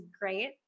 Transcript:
great